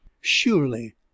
Surely